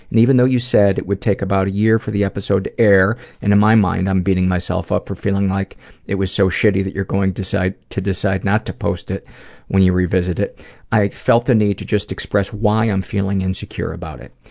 and even though you said it would take about a year for the episode to air and in my mind, i'm beating myself up for feeling like it was so shitty that you're going to decide not to post it when you revisit it i felt the need to just express why i'm feeling insecure about it.